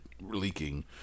leaking